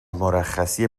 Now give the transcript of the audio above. مرخصی